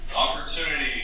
Opportunity